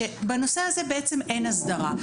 שבנושא הזה בעצם אין הסדרה.